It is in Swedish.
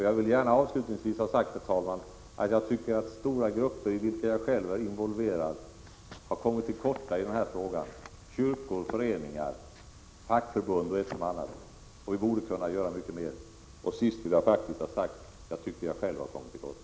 Jag vill gärna avslutningsvis ha sagt, herr talman, att jag tycker att stora grupper, i vilka jag själv är involverad — kyrkor, föreningar, fackförbund osv. — Prot. 1986/87:49 — har kommit till korta i den här frågan, men jag anser att vi borde göra 15 december 1986 mycket mer. Till sist vill jag säga att jag tycker att jag själv också har kommit till korta.